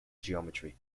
geometry